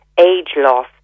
age-loss